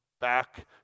back